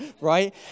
right